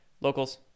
Locals